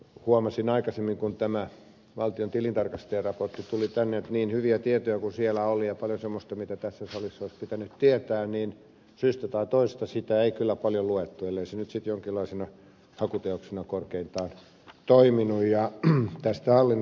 huomasin aikaisemmin kun tämä valtiontilintarkastajien raportti tuli tänne että niin hyviä tietoja kuin siellä oli ja paljon semmoista mitä tässä salissa olisi pitänyt tietää niin syystä tai toisesta sitä ei kyllä paljon luettu ellei se nyt sitten jonkinlaisena hakuteoksena korkeintaan toiminut